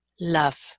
love